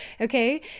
Okay